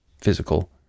physical